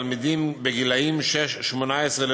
תלמידים בגילים 6 18,